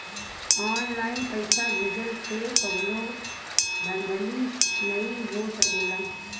online पइसा भेजला से कवनो धांधली नाइ हो सकेला